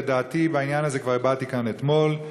ואת דעתי בעניין הזה כבר הבעתי כאן אתמול.